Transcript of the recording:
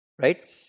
Right